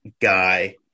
guy